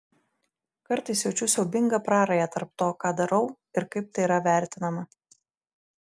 kartais jaučiu siaubingą prarają tarp to ką darau ir kaip tai yra vertinama